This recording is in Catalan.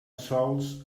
sols